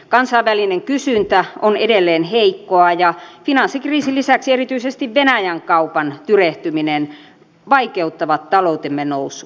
kansainvälinen kysyntä on edelleen heikkoa ja finanssikriisin lisäksi erityisesti venäjän kaupan tyrehtyminen vaikeuttavat taloutemme nousua